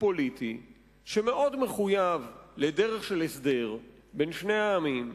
פוליטי שמאוד מחויב לדרך של הסדר בין שני העמים.